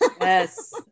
Yes